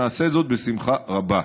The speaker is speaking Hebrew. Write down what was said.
נעשה זאת בשמחה רבה.